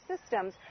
systems